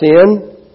sin